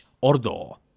Ordo